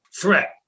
threat